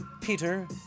Peter